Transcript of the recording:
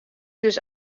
dus